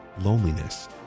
loneliness